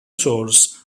source